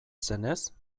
zenez